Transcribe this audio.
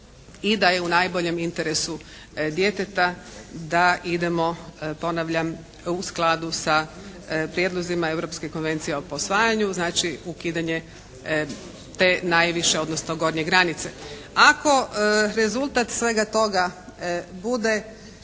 i da je u najboljem interesu djeteta da idemo ponavljam u skladu sa prijedlozima Europske konvencije o posvajanju. Znači, ukidanje te najviše odnosno gornje granice. Ako rezultat svega toga bude